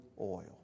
oil